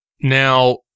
Now